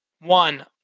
One